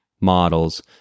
models